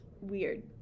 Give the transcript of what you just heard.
Weird